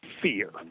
fear